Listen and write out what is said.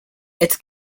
its